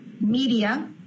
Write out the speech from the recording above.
Media